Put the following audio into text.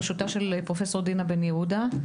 בראשותה של פרופ' דינה בן יהודה,